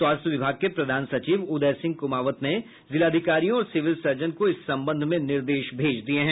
स्वास्थ्य विभाग के प्रधान सचिव उदय सिंह कुमावत ने जिलाधिकारियों और सिविल सर्जनों को इस संबंध में निर्देश भेज दिया है